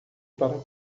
para